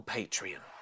Patreon